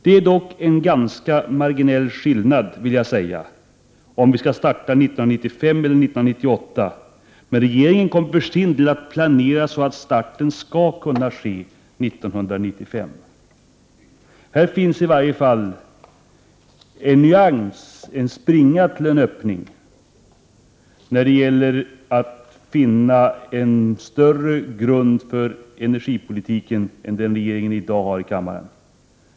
Det är dock en ganska marginell skillnad, vill jag säga, om vi skall starta 1995 eller 1998, men regeringen kommer för sin del att planera så att starten skall kunna ske 1995: Här finns i varje fall en nyans, en springa till en öppning, när det gäller att finna en bredare bas för energipolitiken än den regeringen har i dag i kammaren.